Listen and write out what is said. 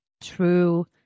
true